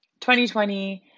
2020